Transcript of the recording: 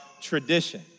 tradition